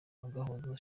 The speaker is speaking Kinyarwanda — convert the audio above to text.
agahozo